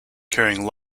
carrying